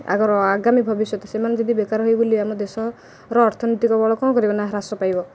ଆଗର ଆଗାମୀ ଭବିଷ୍ୟତ ସେମାନେ ଯଦି ବେକାର ହୋଇ ବୋଲି ଆମ ଦେଶର ଅର୍ଥନୀତି କେବଳ କ'ଣ କରିବ ନା ହ୍ରାସ ପାଇବ